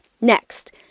Next